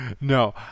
No